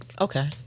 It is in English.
Okay